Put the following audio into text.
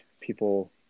people